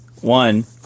One